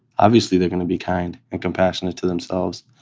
obviously they're going to be kind and compassionate to themselves,